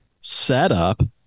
setup